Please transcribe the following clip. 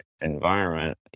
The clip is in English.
environment